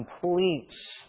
completes